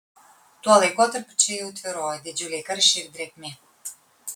tuo laikotarpiu čia jau tvyrojo didžiuliai karščiai ir drėgmė